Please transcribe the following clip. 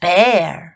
Bear